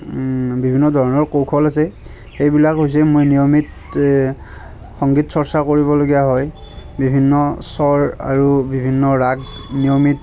বিভিন্ন ধৰণৰ কৌশল আছে সেইবিলাক হৈছে মই নিয়মিত সংগীত চৰ্চা কৰিবলগীয়া হয় বিভিন্ন স্বৰ আৰু বিভিন্ন ৰাগ নিয়মিত